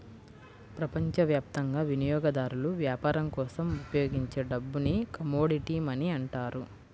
ప్రపంచవ్యాప్తంగా వినియోగదారులు వ్యాపారం కోసం ఉపయోగించే డబ్బుని కమోడిటీ మనీ అంటారు